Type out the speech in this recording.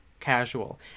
casual